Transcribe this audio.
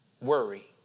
Worry